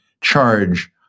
charge